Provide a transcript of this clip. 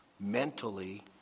Mentally